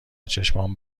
چشمام